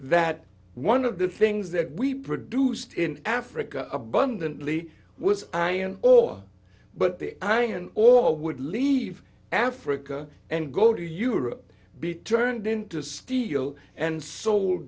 that one of the things that we produced in africa abundantly was i and or but the i and or would leave africa and go to europe be turned into steel and sold